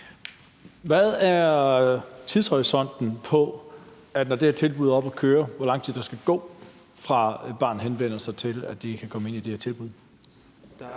Hvad er tidshorisonten på det? Når det her tilbud er oppe at køre, hvor lang tid skal der så gå, fra barnet henvender sig, til at det kan komme ind i det her tilbud?